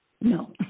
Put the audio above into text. No